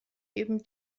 eben